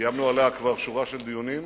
קיימנו עליה כבר שורה של דיונים.